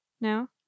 No